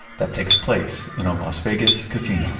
that takes place in a las vegas casino.